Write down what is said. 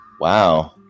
Wow